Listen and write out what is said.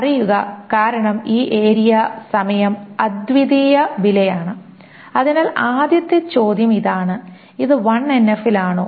അറിയുക കാരണം ഈ ഏരിയ സമയം അദ്വിതീയ വിലയാണ് അതിനാൽ ആദ്യത്തെ ചോദ്യം ഇതാണ് ഇത് 1NF ൽ ആണോ